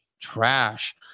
trash